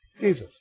Jesus